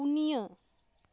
ᱯᱩᱱᱤᱭᱟ